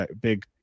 big